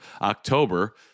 october